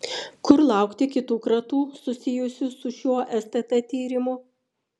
kur laukti kitų kratų susijusių su šiuo stt tyrimu